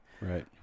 Right